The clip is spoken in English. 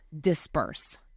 disperse